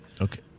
Okay